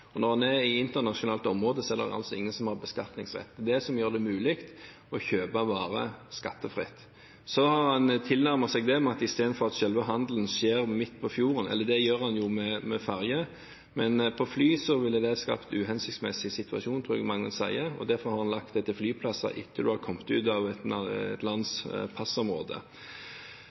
som gjør det mulig å kjøpe varer skattefritt. Så en tilnærmer seg det ved at istedenfor at selve handelen skjer midt på fjorden – det gjør den jo med ferger, men på fly ville det skapt en uhensiktsmessig situasjon, tror jeg mange vil si – har en lagt det til flyplasser etter at en har kommet ut av et